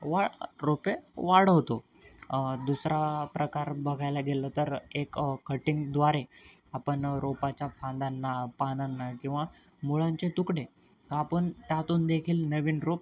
वा रोपे वाढवतो दुसरा प्रकार बघायला गेलं तर एक कटिंगद्वारे आपण रोपाच्या फांद्यांना पानांना किंवा मुळांचे तुकडे आपण त्यातूनदेखील नवीन रोप